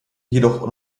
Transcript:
jedoch